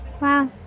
Wow